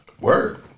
Word